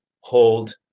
hold